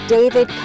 David